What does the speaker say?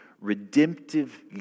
redemptive